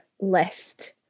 list